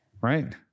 Right